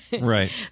Right